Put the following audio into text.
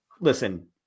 listen